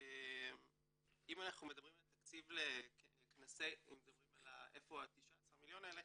אם אנחנו מדברים על איפה ה-19 מיליון האלה,